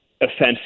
offensive